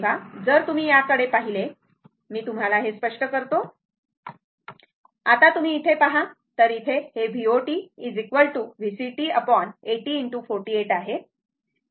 तेव्हा जर तुम्ही याकडे पाहिले मी तुम्हाला हे स्पष्ट करतो आता तुम्ही इथे पहा तर इथे हे V0t VCt 80✕48 आहे